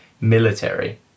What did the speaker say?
military